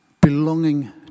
belonging